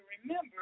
remember